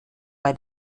bei